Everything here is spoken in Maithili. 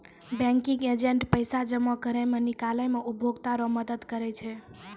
बैंकिंग एजेंट पैसा जमा करै मे, निकालै मे उपभोकता रो मदद करै छै